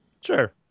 sure